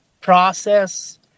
process